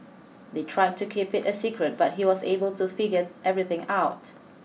they tried to keep it a secret but he was able to figure everything out